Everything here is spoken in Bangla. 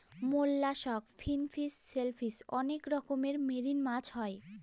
মোল্লাসক, ফিনফিশ, সেলফিশ অনেক রকমের মেরিন মাছ হয়